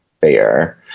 fair